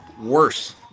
worse